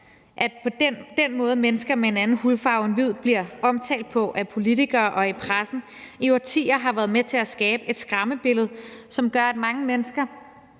at den måde, mennesker med en anden hudfarve end hvid bliver omtalt på af politikere og i pressen, i årtier har været med til at skabe et skræmmebillede, som gør, at mange mennesker